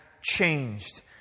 changed